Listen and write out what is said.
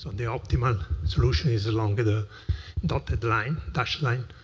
um the optimal solution is along the the dotted line, dashed line.